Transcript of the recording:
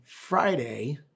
Friday